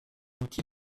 outil